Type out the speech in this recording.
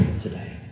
today